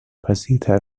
پذیرتر